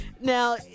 Now